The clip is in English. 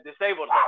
disabled